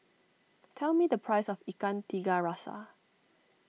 tell me the price of Ikan Tiga Rasa